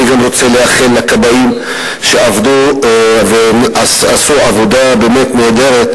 אני רוצה לאחל גם לכבאים שעשו עבודה נהדרת,